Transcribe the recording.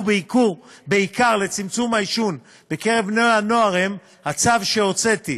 בעיקר לצמצום העישון בקרב בני-הנוער הם הצו שהוצאתי,